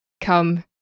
come